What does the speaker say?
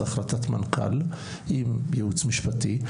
זה החלטת מנכ"ל עם ייעוץ משפטי,